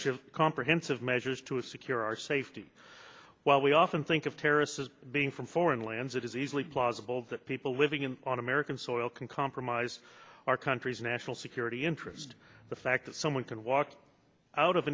of comprehensive measures to a secure our safety while we often think of terrorists as being from foreign lands it is easily plausible that people living in on american soil can compromise our country's national security interest the fact that someone can walk out of